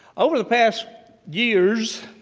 over the past years,